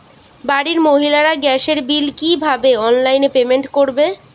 বাড়ির মহিলারা গ্যাসের বিল কি ভাবে অনলাইন পেমেন্ট করবে?